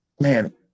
man